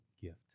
gift